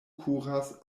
kuras